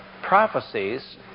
prophecies